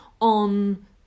on